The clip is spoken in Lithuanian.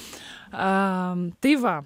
a tai va